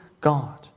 God